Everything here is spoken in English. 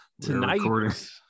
Tonight